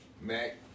Mac